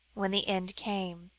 when the end came.